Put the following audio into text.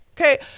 Okay